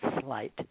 slight